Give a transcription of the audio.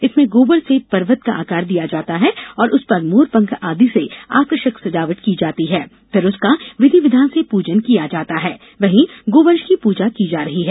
इसमें गोबर से पर्वत का आकार दिया जाता है और उस पर मोर पंख आदि से आकर्षक सजावट की जाती है फिर उसका विधि विधान से पूजन किया जाता है वही गोवंश की पूजा की जा रही है